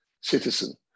citizen